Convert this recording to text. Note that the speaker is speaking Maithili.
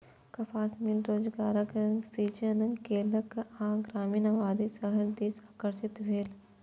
कपास मिल रोजगारक सृजन केलक आ ग्रामीण आबादी शहर दिस आकर्षित भेल